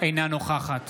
אינה נוכחת